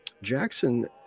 Jackson